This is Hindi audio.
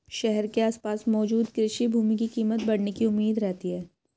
शहर के आसपास मौजूद कृषि भूमि की कीमत बढ़ने की उम्मीद रहती है